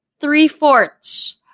three-fourths